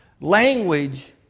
Language